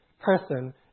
person